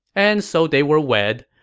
and so they were wed.